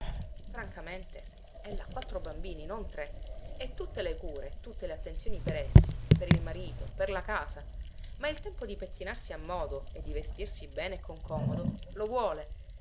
francamente ella ha quattro bambini non tre e tutte le cure e tutte le attenzioni per essi per il marito per la casa ma il tempo di pettinarsi a modo e di vestirsi bene e con comodo lo vuole